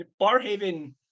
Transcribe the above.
Barhaven